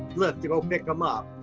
lyft to go pick him up.